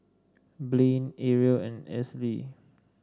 Blaine Arielle and Esley